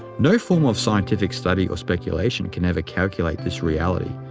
no form of scientific study or speculation can ever calculate this reality,